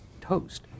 toast